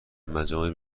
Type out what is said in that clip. مجامع